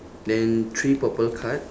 then three purple card